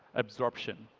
absorption.